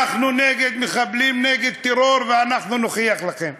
אנחנו נגד מחבלים ונגד טרור ואנחנו נוכיח לכם.